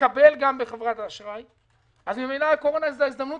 יקבל גם בחברת האשראי אז ממילא הקורונה היא ההזדמנות